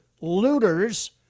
looters